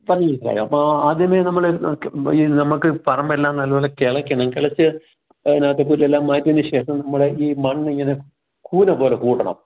പറഞ്ഞത് മനസ്സിലായോ ആദ്യമേ നമ്മൾ നമ്മൾക്ക് പറമ്പെല്ലാം നല്ലപോലെ കിളയ്ക്കണം കിളച്ച് അതിനകത്ത് പുല്ലെല്ലാം മാറ്റിയതിനു ശേഷം നമ്മൾ ഈ മണ്ണിങ്ങനെ കൂന പോലെ കൂട്ടണം